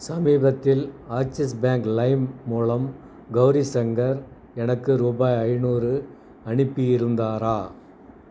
சமீபத்தில் Axis bank lime மூலம் கௌரி சங்கர் எனக்கு ரூபாய் ஐந்நூறு அனுப்பியிருந்தாரா